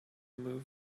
move